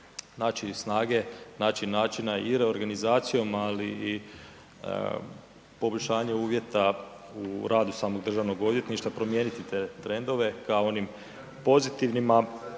naći snage, naći načina i reorganizacijom, ali i poboljšanje uvjeta u radu samog DORH-a promijeniti te trendove, kao onim pozitivnima